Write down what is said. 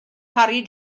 parry